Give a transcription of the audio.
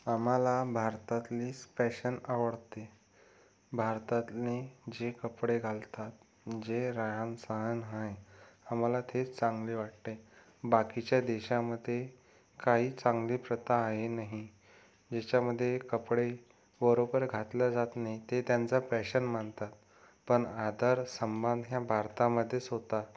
आम्हाला भारतातली स्पॅशन आवडते भारतातली जे कपडे घालतात जे रहन सहन आहे आम्हाला तेच चांगले वाटते बाकीच्या देशामध्ये काही चांगली प्रथा आहे नाही ज्याच्यामध्ये कपडे बरोबर घातल्या जात नाहीे ते त्यांचा पॅशन मानतात पण आदर सन्मान हे भारतामध्येच होतात